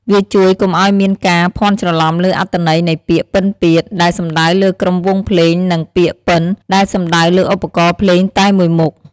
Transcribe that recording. វាជួយកុំឲ្យមានការភាន់ច្រឡំលើអត្ថន័យនៃពាក្យ "ពិណពាទ្យ" ដែលសំដៅលើក្រុមវង់ភ្លេង និងពាក្យ "ពិណ" ដែលសំដៅលើឧបករណ៍ភ្លេងតែមួយមុខ។